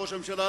ראש הממשלה,